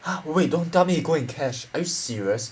!huh! wait don't tell me you go and cash are you serious